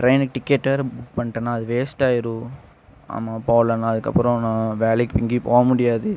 ட்ரெயினுக்கு டிக்கெட் வேறே புக் பண்ணிட்டேண்ணா அது வேஸ்ட் ஆயிடும் ஆமாம் போகலனா அதுக்கப்பறம் நான் வேலைக்கு எங்கேயும் போக முடியாது